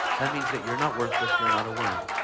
that means that you're not worthless. you're not a worm.